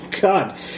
God